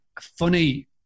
funny